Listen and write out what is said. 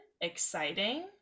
Exciting